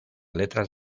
letras